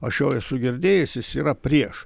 aš jo esu girdėjęs jis yra prieš